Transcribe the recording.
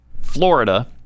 Florida